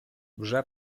вже